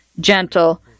gentle